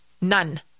none